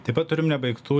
taip pat turim nebaigtų